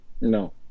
No